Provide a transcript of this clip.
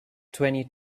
twenty